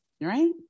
Right